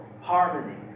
harmony